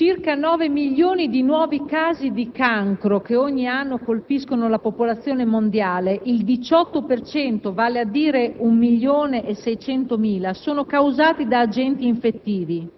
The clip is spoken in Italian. possano essere gratuitamente vaccinate.